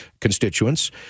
constituents